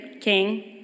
king